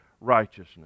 righteousness